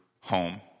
home